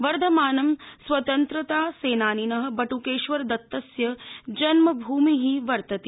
वर्धमानं स्वतंत्रता सेनानिन ब्ट्केश्वरदत्तस्य जन्मभूमि वर्तते